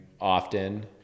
often